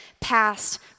past